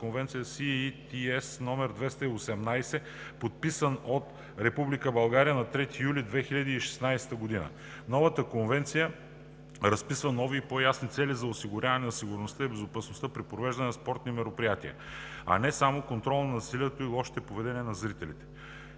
„Конвенция CETS № 218“, подписана от Република България на 3 юли 2016 г. Новата конвенция разписва нови и по-ясни цели за осигуряване на сигурност и безопасност при провеждане на спортни мероприятия, а не само контрол на насилието и лошото поведение на зрителите.